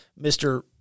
Mr